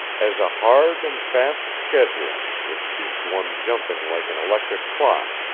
as a hard and fast schedule, which keeps one jumping like an electric clock,